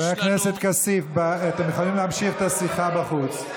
חבר הכנסת כסיף, אתם יכולים להמשיך את השיחה בחוץ.